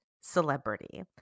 celebrity